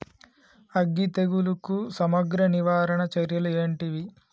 అగ్గి తెగులుకు సమగ్ర నివారణ చర్యలు ఏంటివి?